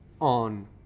on